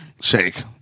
shake